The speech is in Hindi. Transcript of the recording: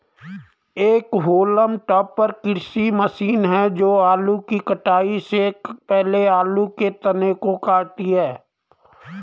एक होल्म टॉपर कृषि मशीन है जो आलू की कटाई से पहले आलू के तनों को काटती है